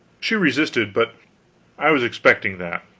she resisted but i was expecting that.